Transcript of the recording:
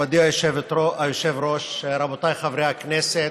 מכובדי היושב-ראש, רבותיי חברי הכנסת,